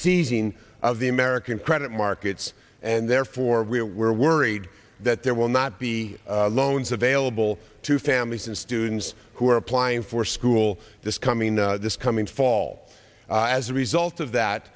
seizing of the american credit markets and therefore we were worried that there will not be loans available to families and students who are applying for school this coming this coming fall as a result of that